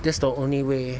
that's the only way